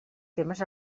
temes